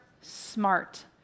smart